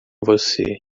você